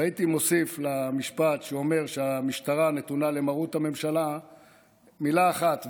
הייתי מוסיף למשפט שאומר שהמשטרה נתונה למרות הממשלה מילה אחת,